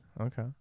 Okay